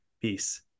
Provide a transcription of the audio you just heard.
Peace